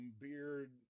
beard